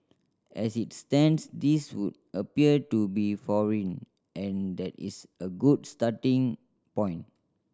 as it stands these would appear to be foreign and that is a good starting point